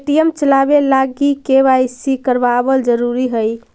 Paytm चलाबे लागी KYC करबाबल जरूरी हई